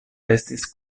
estis